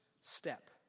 step